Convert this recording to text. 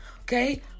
Okay